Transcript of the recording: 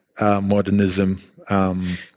modernism